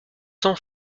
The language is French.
sans